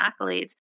accolades